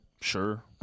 Sure